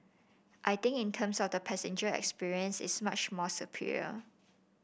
I think in terms of the passenger experience it's much more superior